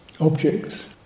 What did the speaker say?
objects